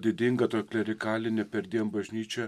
didinga tu klerikalinė perdėm bažnyčia